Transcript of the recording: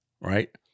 right